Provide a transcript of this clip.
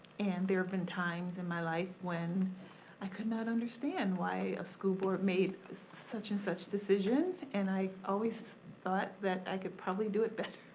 and there have been times in my life when i could not understand why a school board made such and such decision, and i always thought that i could probably do it better.